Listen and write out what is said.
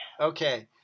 Okay